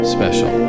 Special